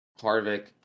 Harvick